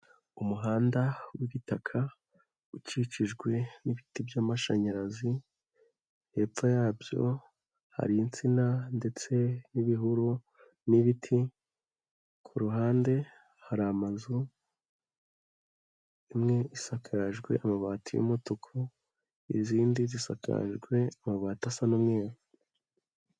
Umuhanda w'ibitaka ukikijwe n'ibiti by'amashanyarazi, hepfo yabyo hari insina ndetse n'ibihuru n'ibiti, ku ruhande hari amazu, imwe isakajwe amabati y'umutuku, izindi zisakajwe amabati asa n'umweru.